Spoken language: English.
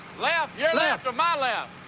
left? your left or my left?